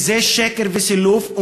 וזה שקר וסילוף.